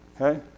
Okay